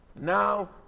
Now